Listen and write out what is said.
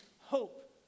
hope